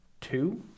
Two